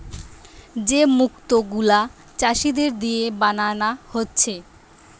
যে মুক্ত গুলা চাষীদের দিয়ে বানানা হচ্ছে